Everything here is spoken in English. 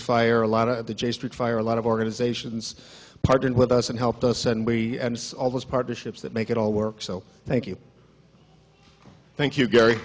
fire a lot of the j street fire a lot of organizations partnered with us and helped us and we all those partnerships that make it all work so thank you thank you gary